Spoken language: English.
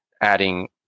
adding